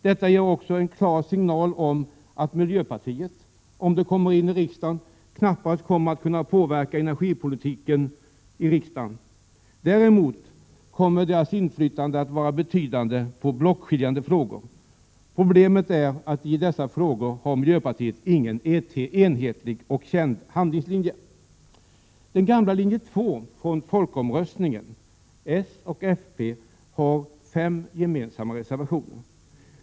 Detta ger också en klar signal om att miljöpartiet — om det skulle komma in i riksdagen —- knappast kommer att kunna påverka energipolitiken i riksdagen. Däremot kommer dess inflytande att vara betydande på blockskiljande frågor. Problemet är att miljöpartiet i dessa frågor inte har någon enhetlig och känd handlingslinje. Den gamla Linje 2 från folkomröstningen, s och fp, har 5 gemensamma reservationer.